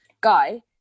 guy